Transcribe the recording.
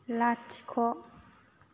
लाथिख'